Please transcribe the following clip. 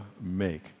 make